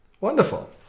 wonderful